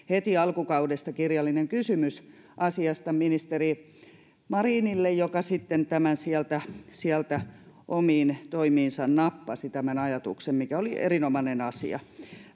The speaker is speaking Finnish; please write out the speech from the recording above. heti alkukaudesta kirjallinen kysymys asiasta ministeri marinille joka sitten sieltä sieltä omiin toimiinsa nappasi tämän ajatuksen mikä oli erinomainen asia